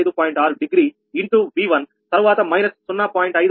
6 degree into V1 తర్వాత minus 0